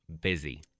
busy